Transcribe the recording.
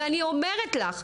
ואני אומרת לך.